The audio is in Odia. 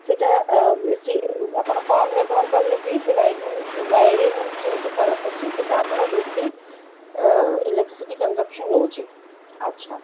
ସେଟା ବେଶୀ ଆପଣ କମ୍ ବ୍ୟବହାର କଲେ ବି ସେ ୱାଇରିଂ ୱାୟରିଂ ଯେହେତୁ ଖରାପ ଅଛି ସେଟା ଆମର ବେଶୀ ଇଲେକ୍ଟ୍ରିସିଟି କନଜପସନ୍ ନେଉଛି ଆଚ୍ଛା